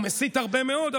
הוא מסית הרבה מאוד,